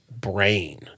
brain